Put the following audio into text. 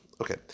Okay